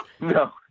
No